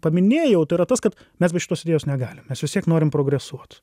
paminėjau tai yra tas kad mes be šitos idėjos negalim mes vis tiek norim progresuot